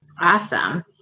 Awesome